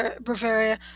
Bavaria